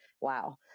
wow